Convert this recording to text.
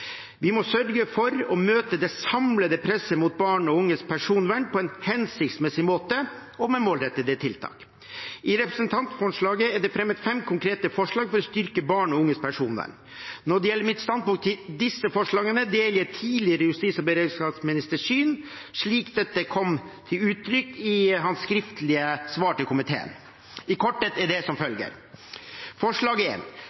Vi må sørge for å møte det samlede presset mot barn og unges personvern på en hensiktsmessig måte og med målrettede tiltak. I representantforslaget er det fremmet fem konkrete forslag for å styrke barn og unges personvern. Når det gjelder mitt standpunkt til disse forslagene, deler jeg tidligere justis- og beredskapsministers syn, slik dette kom til uttrykk i hans skriftlige svar til komiteen. I korthet er det som